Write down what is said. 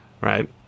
right